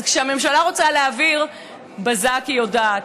אז כשהממשלה רוצה להעביר בזק, היא יודעת.